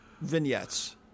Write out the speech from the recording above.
vignettes